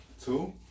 Two